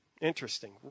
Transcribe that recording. Interesting